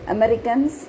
Americans